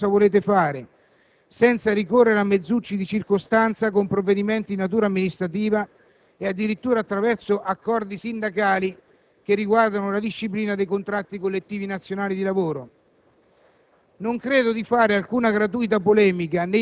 e dirci sinceramente e complessivamente che cosa volevate fare, senza ricorrere a mezzucci di circostanza, con provvedimenti di natura amministrativa e, addirittura, accordi sindacali che riguardano la disciplina dei contratti collettivi nazionali di lavoro.